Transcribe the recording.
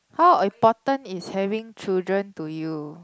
how important is having children to you